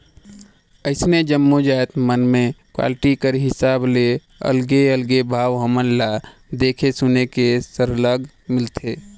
अइसने जम्मो जाएत मन में क्वालिटी कर हिसाब ले अलगे अलगे भाव हमन ल देखे सुने ले सरलग मिलथे